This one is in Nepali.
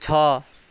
छ